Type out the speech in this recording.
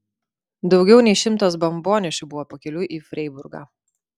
daugiau nei šimtas bombonešių buvo pakeliui į freiburgą